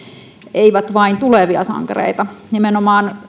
eivät vain tulevia sankareita nimenomaan